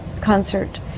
concert